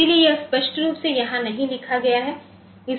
इसलिए यह स्पष्ट रूप से यहां नहीं लिखा गया है